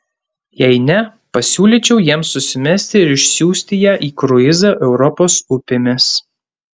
jei ne pasiūlyčiau jiems susimesti ir išsiųsti ją į kruizą europos upėmis